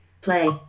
Play